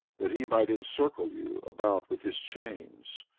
that he might encircle you about with his chains,